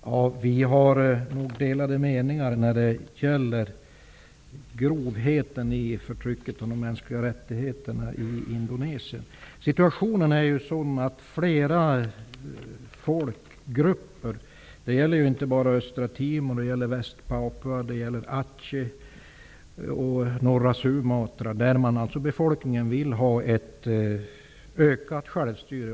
Herr talman! Vi har nog delade meningar när det gäller grovheten i förtrycket av de mänskliga rättigheterna i Indonesien. Situationen är ju den att flera folkgrupper -- det gäller inte bara Östra Sumatra -- vill ha ett ökat självstyre.